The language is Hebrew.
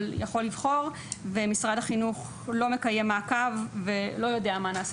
לבחור ומשרד החינוך לא מקיים מעקב ולא יודע מה נעשה